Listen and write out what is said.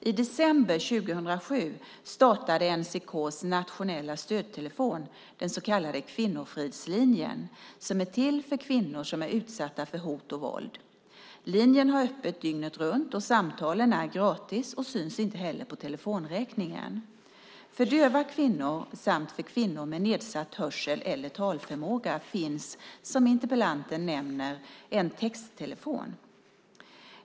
I december 2007 startade NCK:s nationella stödtelefon, den så kallade Kvinnofridslinjen, som är till för kvinnor som är utsatta för hot och våld. Linjen har öppet dygnet runt, och samtalen är gratis och syns inte heller på telefonräkningen. För döva kvinnor samt för kvinnor med nedsatt hörsel eller talförmåga finns, som interpellanten nämner, en texttelefon.